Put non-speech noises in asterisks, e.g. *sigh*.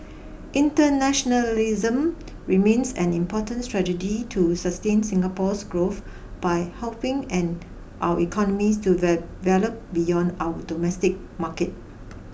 internationalism remains an important strategy to sustain Singapore's growth by helping and our economies to there *unintelligible* beyond our domestic market